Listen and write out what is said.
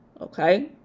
Okay